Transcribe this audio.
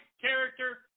character